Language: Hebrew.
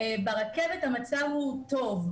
ברכבת המצב טוב,